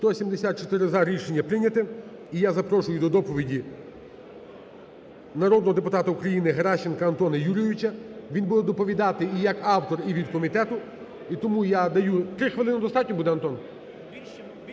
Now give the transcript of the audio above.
За-174 Рішення прийнято. І я запрошую до доповіді народного депутата України Геращенка Антона Юрійовича, він буде доповідати і як автор, і від комітету. І тому я даю три хвилини. Достатньо буде, Антон?